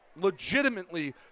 legitimately